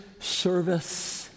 service